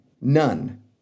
none